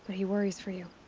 he worries for you.